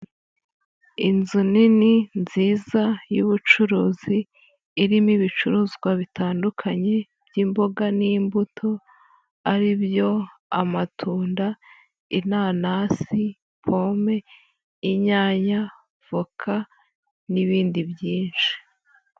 Inzu nini, nziza y'ubucuruzi, irimo ibicuruzwa bitandukanye by'imboga n'imbuto, ari byo: amatunda, inanasi, pome, inyanya, voka n'ibindi byinshi.